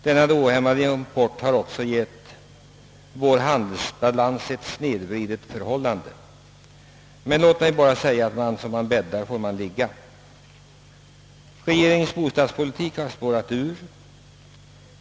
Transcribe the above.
Denna ohämmade import har ju också snedvridit vår handelsbalans, men låt mig bara säga: »Som man bäddar får man ligga.» Regeringens bostadspolitik har spårat ur.